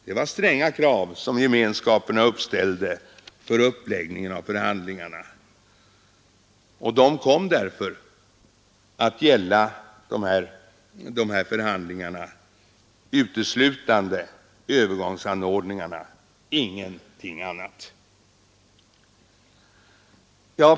Det var stränga krav som gemenskaperna uppställde för uppläggningen av förhandlingarna, och de kom därför att gälla uteslutande övergångsanordningarna och ingenting annat.